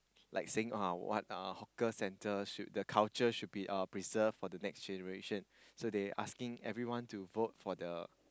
like saying uh what uh hawker centre should the culture should be uh preserved for the next generation so they asking everyone to vote for the